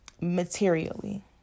Materially